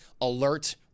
alert